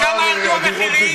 בכמה ירדו המחירים?